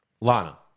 Lana